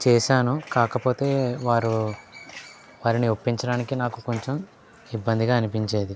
చేశాను కాకపోతే వారు వారిని ఒప్పించడానికి నాకు కొంచం ఇబ్బందిగా అనిపించేది